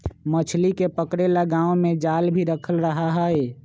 मछली के पकड़े ला गांव में जाल भी रखल रहा हई